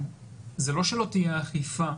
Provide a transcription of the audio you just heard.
זה לא שלא תהיה אכיפה,